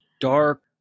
Dark